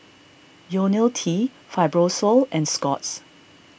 Ionil T Fibrosol and Scott's